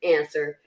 answer